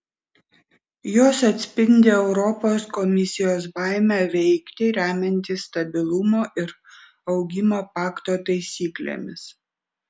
jos atspindi europos komisijos baimę veikti remiantis stabilumo ir augimo pakto taisyklėmis